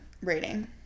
rating